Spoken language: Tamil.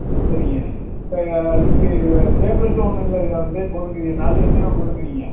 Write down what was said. ம் சரிங்க இப்போ இதுக்கு டேப்லெட்லாம் ஒன்னும் இல்லை இது இதே போதுங்கிறீங்க நாட்டு வைத்தியமே போதுங்கிறீங்க